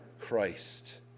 Christ